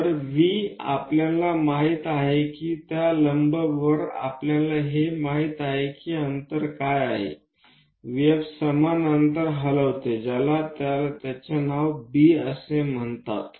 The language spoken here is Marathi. तर V आपल्याला माहित आहे त्या लंब वर आपल्याला हे माहित आहे की हे अंतर काय आहे VF समान अंतर हलवते ज्याला त्याचे नाव B असे म्हणतात